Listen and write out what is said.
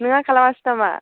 नोंहा खालामासै नामा